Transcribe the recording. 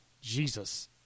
Jesus